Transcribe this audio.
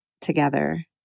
together